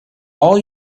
all